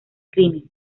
crimen